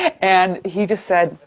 and he just said,